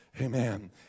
Amen